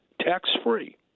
tax-free